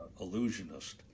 illusionist